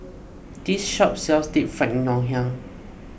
this shop sells Deep Fried Ngoh Hiang